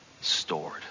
stored